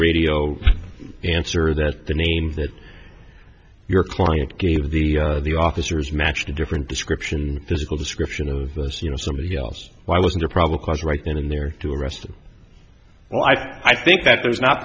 radio answer that the name that your client gave the the officers matched a different description physical description of this you know somebody else why wasn't a probable cause right in there to arrest him well i i think that there's not